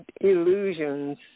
illusions